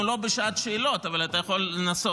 אנחנו לא בשעת שאלות, אבל אתה יכול לנסות.